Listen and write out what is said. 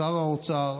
שר האוצר,